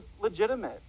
legitimate